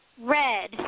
red